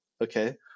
Okay